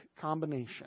combination